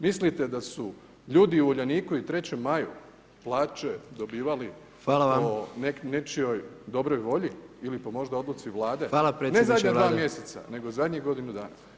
Mislite da su ljudi u Uljaniku i Trećem maju plaće dobivali po nečijoj dobroj volji ili po možda odluci Vlade? [[Upadica predsjednik: Hvala vam.]] Ne zadnja dva mjeseca, nego zadnjih godinu dana.